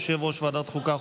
יושב-ראש ועדת החוקה,